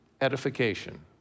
edification